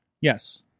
Yes